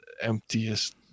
emptiest